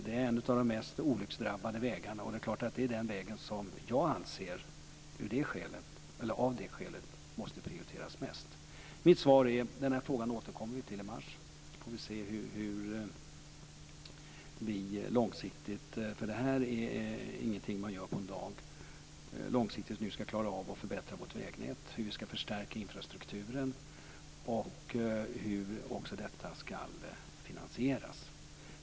Det är en av de mest olycksdrabbade vägarna, och det är den väg som jag av det skälet anser måste prioriteras mest. Mitt svar är: Den här frågan återkommer vi till i mars. Det här är ingenting man gör på en dag, så vi får se hur vi långsiktigt nu ska klara av att förbättra vårt vägnät, hur vi ska förstärka infrastrukturen och hur detta ska finansieras.